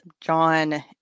John